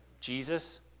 Jesus